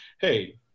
hey